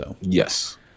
Yes